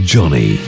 Johnny